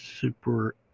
super